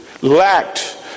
lacked